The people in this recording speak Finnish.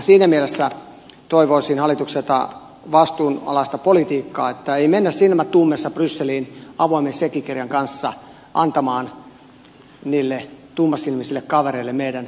siinä mielessä toivoisin hallitukselta vastuunalaista politiikkaa että ei mennä silmät ummessa brysseliin avoimen sekkikirjan kanssa antamaan niille tummasilmäisille kavereille meidän päätöksentekoa